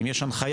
אם יש הנחיה.